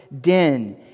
den